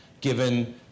given